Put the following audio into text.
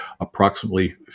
approximately